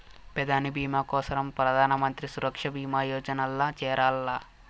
పెదాని బీమా కోసరం ప్రధానమంత్రి సురక్ష బీమా యోజనల్ల చేరాల్ల